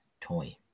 toy